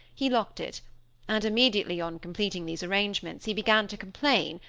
he locked it and immediately on completing these arrangements he began to complain,